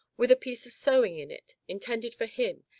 with a piece of sewing in it intended for him,